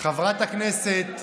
חברת הכנסת